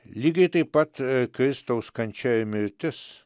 lygiai taip pat kristaus kančia ir mirtis